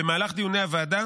במהלך דיוני הוועדה